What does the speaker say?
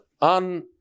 on